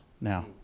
now